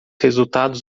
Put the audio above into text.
resultados